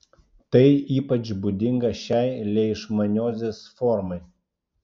tai ypač būdinga šiai leišmaniozės formai